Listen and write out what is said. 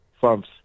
farms